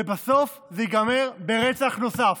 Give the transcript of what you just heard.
ובסוף זה ייגמר ברצח נוסף.